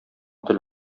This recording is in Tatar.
тел